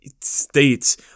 states